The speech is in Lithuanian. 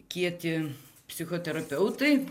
kieti psichoterapeutai